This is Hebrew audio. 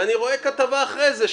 ואני רואה כתבה אחרי זה,